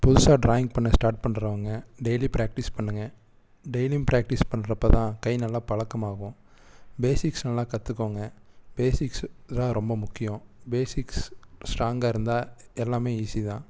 புதுசாக ட்ராயிங் பண்ண ஸ்டார்ட் பண்ணுறவங்க டெய்லி ப்ராக்டிஸ் பண்ணுங்கள் டெய்லியும் ப்ராக்டிஸ் பண்றப்போதான் கை நல்லா பழக்கமாகும் பேஸிக்ஸ் நல்லா கற்றுக்கோங்க பேஸிக்ஸ்தான் ரொம்ப முக்கியம் பேஸிக்ஸ் ஸ்ட்ராங்காயிருந்தா எல்லாமே ஈசிதான்